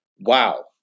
Wow